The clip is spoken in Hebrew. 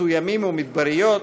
חצו ימים ומדבריות,